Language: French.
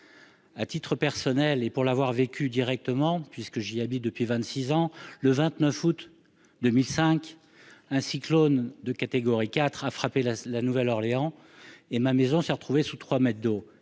À titre personnel, pour l'avoir vécu directement, puisque j'y habite depuis vingt-six ans, je peux témoigner que, le 29 août 2005, un cyclone de catégorie 4 a frappé La Nouvelle-Orléans- ma maison s'est retrouvée sous 3 mètres d'eau,